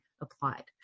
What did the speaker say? applied